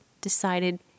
decided